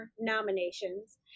nominations